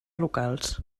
locals